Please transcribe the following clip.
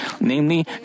Namely